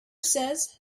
says